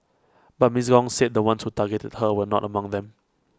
but miss Gong said the ones who targeted her were not among them